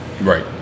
Right